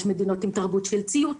יש מדינות עם תרבות של ציות,